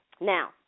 Now